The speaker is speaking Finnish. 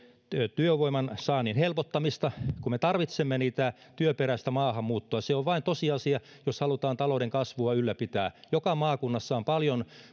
työvoiman saannin helpottamista kun me tarvitsemme työperäistä maahanmuuttoa se on vain tosiasia jos halutaan talouden kasvua ylläpitää joka maakunnassa on paljon